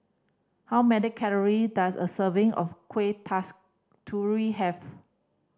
how many calory does a serving of Kuih Kasturi have